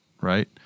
right